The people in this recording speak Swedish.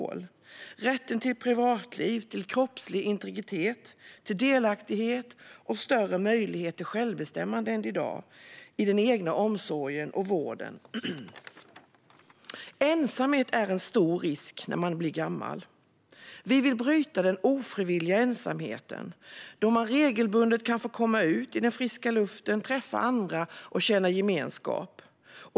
Det handlar om rätten till privatliv, till kroppslig integritet, till delaktighet och större möjligheter till självbestämmande än i dag i den egna omsorgen och i vården. Ensamhet är en stor risk när man blir gammal. Vi vill bryta den ofrivilliga ensamheten så att man regelbundet kan få komma ut i friska luften, träffa andra och känna gemenskap.